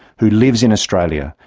who lives in australia,